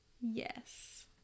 Yes